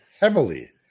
heavily